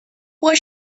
was